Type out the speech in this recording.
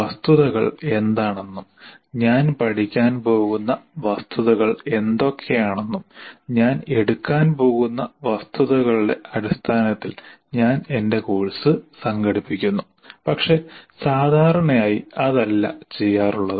വസ്തുതകൾ എന്താണെന്നും ഞാൻ പഠിക്കാൻ പോകുന്ന വസ്തുതകൾ എന്തൊക്കെയാണെന്നും ഞാൻ എടുക്കാൻ പോകുന്ന വസ്തുതകളുടെ അടിസ്ഥാനത്തിൽ ഞാൻ എന്റെ കോഴ്സ് സംഘടിപ്പിക്കുന്നു പക്ഷേ സാധാരണയായി അതല്ല ചെയ്യാറുള്ളത്